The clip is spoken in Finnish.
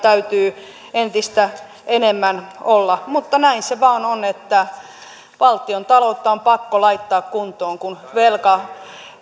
täytyy entistä enemmän olla mutta näin se vain on että valtiontaloutta on pakko laittaa kuntoon kun velka